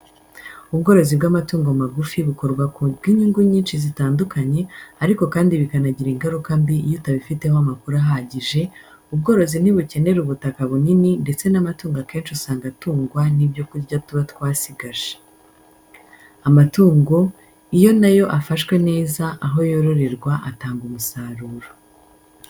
Ubworozi bw’amatungo magufi bukorwa ku bw’inyungu nyinshi zitandukanye, ariko kandi bikanagira ingaruka mbi iyo utabifiteho amakuru ahagije, ubworozi ntibukenera ubutaka bunini ndetse n’amatungo akenshi usanga atungwa n'ibyo kurya tuba twasigaje. Amatungo iyo na yo afashwe neza aho yororerwa atanga umusaruro.